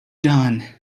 done